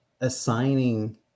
assigning